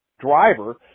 driver